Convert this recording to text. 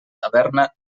taverna